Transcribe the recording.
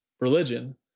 religion